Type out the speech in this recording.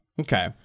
Okay